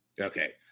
okay